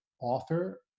author